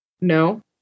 No